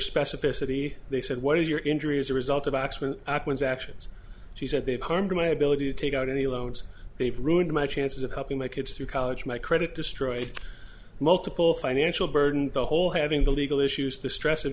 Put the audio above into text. specificity they said what is your injury as a result of axemen one's actions she said they've harmed my ability to take out any loans they've ruined my chances of helping my kids through college my credit destroyed multiple financial burden the whole having the legal issues the stress of